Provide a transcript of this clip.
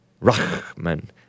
Rahman